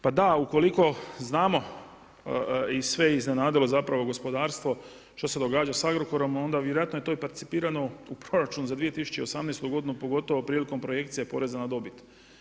Pa da ukoliko znamo i sve je iznenadilo gospodarstvo što se događa sa Agrokorom onda je vjerojatno je to i participirano u proračun za 2018. godinu pogotovo prilikom projekcija poreza na dobit.